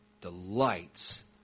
delights